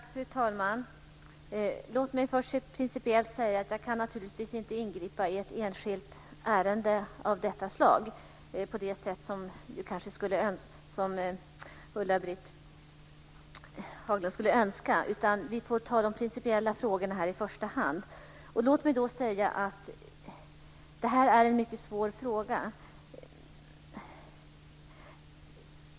Fru talman! Jag vill först rent principiellt säga att jag naturligtvis inte kan ingripa i ett enskilt ärende på det sätt som Ulla-Britt Hagström kanske skulle önska. Vi får i första hand ta upp de principiella frågorna. Det här är en mycket svår fråga.